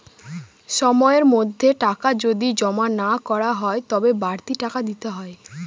সময়ের মধ্যে টাকা যদি জমা না করা হয় তবে বাড়তি টাকা দিতে হয়